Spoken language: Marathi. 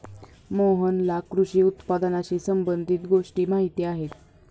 मोहनला कृषी उत्पादनाशी संबंधित गोष्टी माहीत आहेत